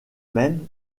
même